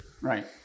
Right